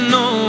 no